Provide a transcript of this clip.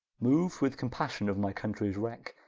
mou'd with compassion of my countries wracke,